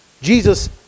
Jesus